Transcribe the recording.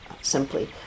simply